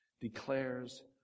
declares